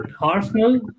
Arsenal